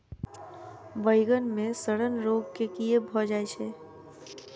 बइगन मे सड़न रोग केँ कीए भऽ जाय छै?